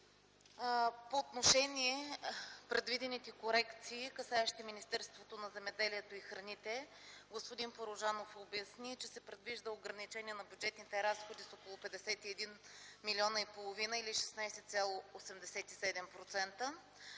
По отношение предвидените корекции, касаещи Министерството на земеделието и храните господин Порожанов обясни, че се предвижда ограничаване на бюджетните разходи с около 51,5 млн. лв. или 16,87%.